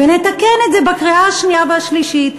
ונתקן את זה בקריאה השנייה והשלישית.